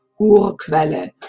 Urquelle